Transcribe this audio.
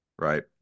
Right